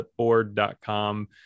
flipboard.com